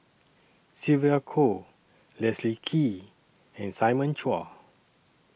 Sylvia Kho Leslie Kee and Simon Chua